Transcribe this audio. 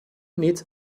needs